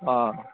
অঁ